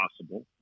possible